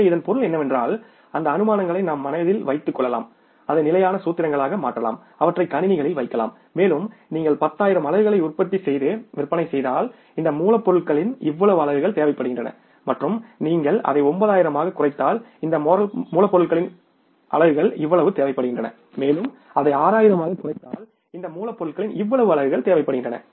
எனவே இதன் பொருள் என்னவென்றால் அந்த அனுமானங்களை நாம் மனதில் வைத்துக் கொள்ளலாம் அதை நிலையான சூத்திரங்களாக மாற்றலாம் அவற்றை கணினிகளில் வைக்கலாம் மேலும் நீங்கள் 10 ஆயிரம் அலகுகளை உற்பத்தி செய்து விற்பனை செய்தால் இந்த மூலப்பொருட்களின் இவ்வளவு அலகுகள் தேவைப்படுகின்றன மற்றும் நீங்கள் அதை 9 ஆயிரமாகக் குறைத்தால் இந்த மூலப்பொருட்களின் இவ்வளவு அலகுகள் தேவைப்படுகின்றன மேலும் அதை 6 ஆயிரமாகக் குறைத்தால் இந்த மூலப்பொருட்களின் இவ்வளவு அலகுகள் தேவைப்படுகின்றன